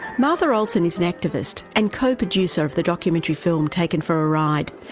martha olsen is an activist and co-producer of the documentary film, taken for a ride,